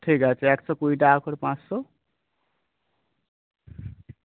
ঠিক আছে একশো কুড়ি টাকা করে পাঁচশো